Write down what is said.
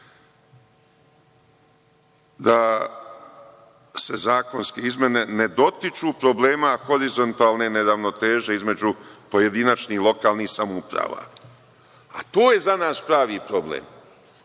da se zakonske izmene ne dotiču problema horizontalne neravnoteže između pojedinačnih i lokalnih samouprava, a to je za nas pravi problem